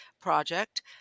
project